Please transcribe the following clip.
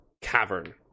cavern